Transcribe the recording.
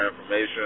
information